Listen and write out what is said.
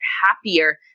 happier